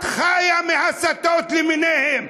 את חיה מהסתות למיניהן.